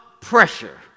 Pressure